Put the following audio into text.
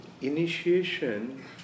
initiation